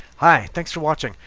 hi, thanks for watching.